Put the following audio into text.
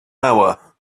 hour